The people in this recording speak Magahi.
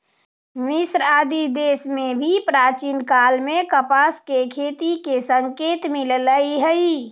मिस्र आदि देश में भी प्राचीन काल में कपास के खेती के संकेत मिलले हई